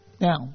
Now